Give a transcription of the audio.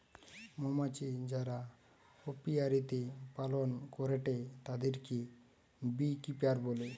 মৌমাছি যারা অপিয়ারীতে পালন করেটে তাদিরকে বী কিপার বলে